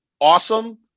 awesome